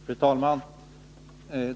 Fru talman!